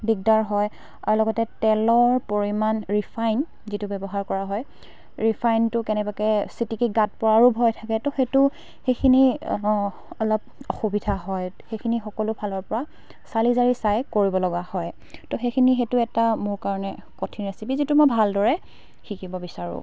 দিকদাৰ হয় আৰু লগতে তেলৰ পৰিমাণ ৰিফাইন যিটো ব্যৱহাৰ কৰা হয় ৰিফাইনটো কেনেবাকৈ চিটিকি গাত পৰাৰো ভয় থাকে তো সেইটো সেইখিনি অলপ অসুবিধা হয় সেইখিনি সকলো ফালৰ পৰা চালি জাৰি চাই কৰিব লগা হয় তো সেইখিনি সেইটো এটা মোৰ কাৰণে কঠিন ৰেচিপি যিটো মই ভালদৰে শিকিব বিচাৰোঁ